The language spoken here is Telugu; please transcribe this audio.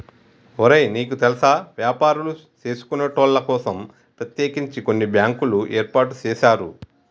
ఒరే నీకు తెల్సా వ్యాపారులు సేసుకొనేటోళ్ల కోసం ప్రత్యేకించి కొన్ని బ్యాంకులు ఏర్పాటు సేసారు